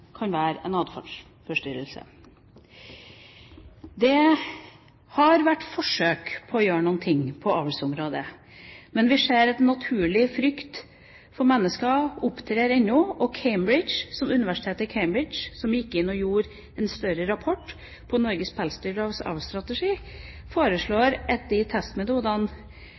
Det har vært forsøk på å gjøre noe på avlsområdet, men vi ser at naturlig frykt for mennesker opptrer ennå. Universitetet i Cambridge, som gikk inn og lagde en større rapport om Norges Pelsdyralslags avlsstrategi, fastslår at de testmetodene